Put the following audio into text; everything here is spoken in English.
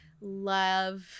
love